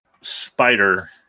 spider